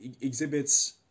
exhibits